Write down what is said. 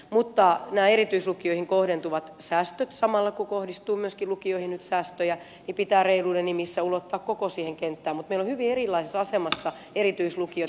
nämä erityislukioihin kohdentuvat säästöt samalla kun kohdistuu myöskin lukioihin nyt säästöjä pitää reiluuden nimissä ulottaa koko siihen kenttään mutta meillä on hyvin erilaisessa asemassa erityislukioita